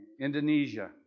Indonesia